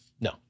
No